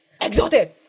Exalted